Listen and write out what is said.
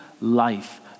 life